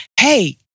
hey